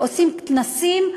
עושים כנסים,